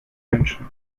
attention